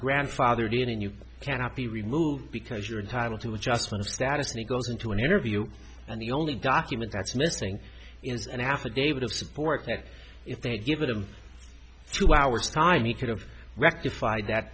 grandfathered in and you cannot be removed because you're entitled to adjustment of status and he goes into an interview and the only document that's missing is an affidavit of support that if they give him two hours time he could've rectify that